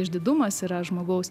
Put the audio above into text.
išdidumas yra žmogaus